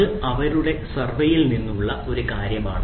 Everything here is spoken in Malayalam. ഇത് അവരുടെ സർവേയിൽ നിന്നുള്ള ഒരു കാര്യമാണ്